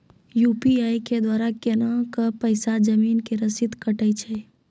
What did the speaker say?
UPI के द्वारा केना कऽ पैसा जमीन के रसीद कटैय छै?